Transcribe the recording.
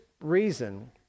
reason